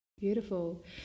Beautiful